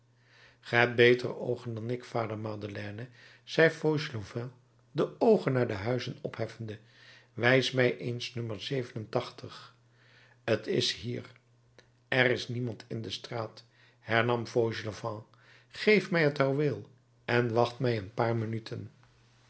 hebt betere oogen dan ik vader madeleine zei fauchelevent de oogen naar de huizen opheffende wijs mij eens no t is hier er is niemand in de straat hernam fauchelevent geef mij het houweel en wacht mij een paar minuten